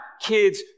kids